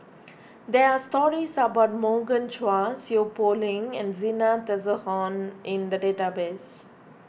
there are stories about Morgan Chua Seow Poh Leng and Zena Tessensohn in the database